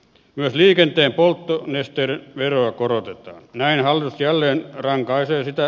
myös liikenteen polttonesteiden veroa korotetaan näin ollut jälleen rankaisee sitä